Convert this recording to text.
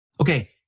Okay